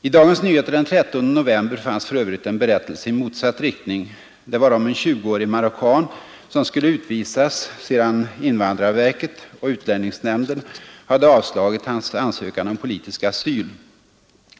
I Dagens Nyheter den 13 november fanns för övrigt en berättelse i motsatt riktning. Det var om en 20-årig marockan som skulle utvisas sedan invandrarverket och utlänningsnämnden hade avslagit hans ansökan om politisk asyl.